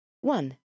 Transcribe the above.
One